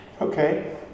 Okay